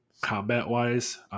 combat-wise